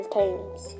times